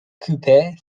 coupe